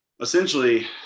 essentially